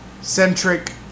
centric